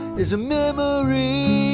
is a memory